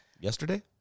Yesterday